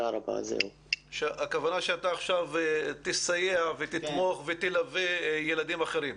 הכוונה שאתה עכשיו תסייע ותתמוך ותלווה ילדים אחרים.